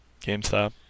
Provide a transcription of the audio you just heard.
GameStop